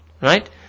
Right